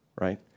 Right